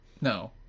No